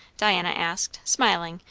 diana asked, smiling,